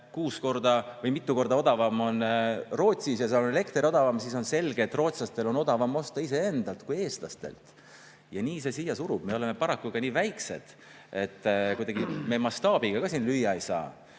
kuus korda või mitu korda odavam Rootsis ja seal on elekter odavam, siis on selge, et rootslastel on odavam osta iseendalt kui eestlastelt. Ja nii see siia surub. Me oleme paraku nii väiksed, et me kuidagi mastaabiga siin lüüa ei saa,